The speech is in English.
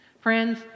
Friends